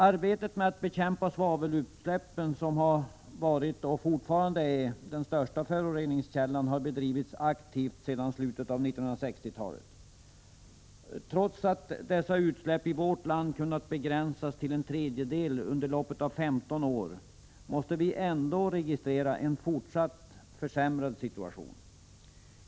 Arbetet med att bekämpa svavelutsläppen, som har varit och fortfarande är den största föroreningsskällan, har bedrivits aktivt sedan slutet av 1960-talet. Trots att dessa utsläpp i vårt land kunnat begränsas till en tredjedel under loppet av 15 år måste vi ändå registrera en fortsatt försämrad situation.